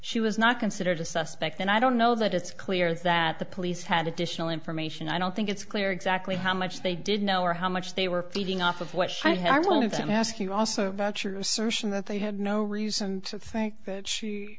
she was not considered a suspect and i don't know that it's clear that the police had additional information i don't think it's clear exactly how much they did know or how much they were feeding off of what i wanted to ask you also about your assertion that they had no reason to think that she